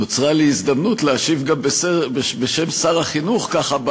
נוצרה לי הזדמנות להשיב גם בשם שר החינוך ככה,